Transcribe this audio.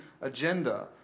agenda